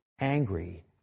angry